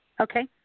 Okay